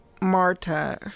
Marta